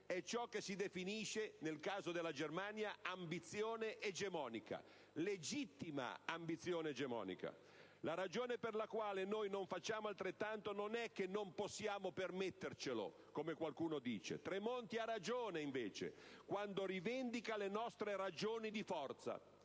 È ciò che si definisce, nel caso della Germania, ambizione egemonica: legittima ambizione egemonica. La ragione per la quale noi non facciamo altrettanto non è che "non possiamo permettercelo", come qualcuno dice. Tremonti ha ragione quando rivendica le nostre ragioni di forza.